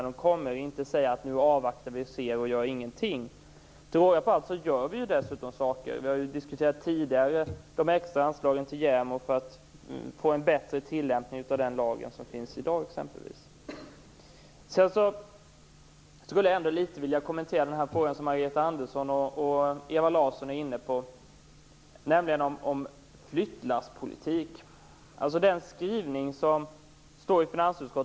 Man skall inte säga att nu avvaktar vi och ser och gör ingenting. Till råga på allt gör vi ju dessutom saker. Vi har tidigare diskuterat de extra anslagen till JämO för att få en bättre tillämpning av den lag som finns i dag. Sedan skulle jag vilja kommentera den fråga som Margareta Andersson och Ewa Larsson är inne på om flyttlasspolitiken.